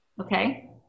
Okay